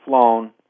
flown